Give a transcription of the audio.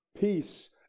Peace